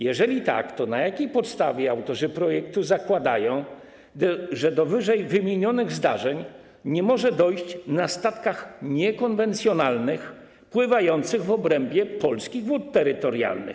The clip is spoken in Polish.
Jeżeli tak, to na jakiej podstawie autorzy projektu zakładają, że do ww. zdarzeń nie może dojść na statkach niekonwencjonalnych pływających w obrębie polskich wód terytorialnych?